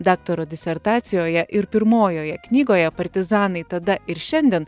daktaro disertacijoje ir pirmojoje knygoje partizanai tada ir šiandien